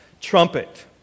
trumpet